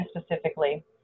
specifically